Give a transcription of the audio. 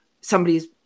somebody's